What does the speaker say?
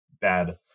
bad